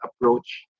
approach